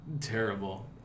terrible